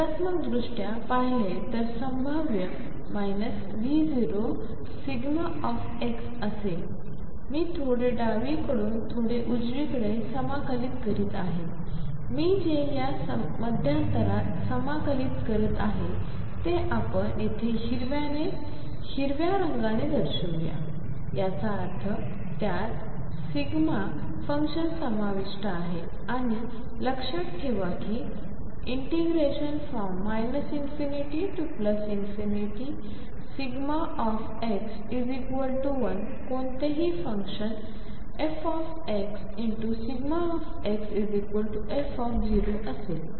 चित्रात्मकदृष्ट्या पहिले तर संभाव्य V0 असेल मी थोडे डावीकडून थोडे उजवीकडे समाकलित करीत आहे मी जे या मध्यांतरात समाकलित करीत आहे ते आपण येथे हिरव्याने रंगाने दर्शवू याचा अर्थ त्यात δ फंक्शन समाविष्ट आहे आणि लक्षात ठेवा की0 0x1कोणतेही फुंकशन 0 0fxfअसेल